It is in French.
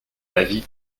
avis